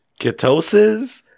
ketosis